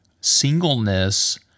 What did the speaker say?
Singleness